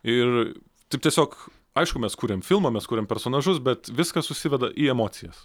ir taip tiesiog aišku mes kuriam filmą mes kuriam personažus bet viskas susiveda į emocijas